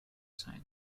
signed